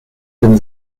den